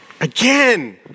Again